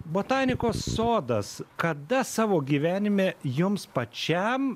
botanikos sodas kada savo gyvenime jums pačiam